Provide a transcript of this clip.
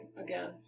again